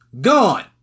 gone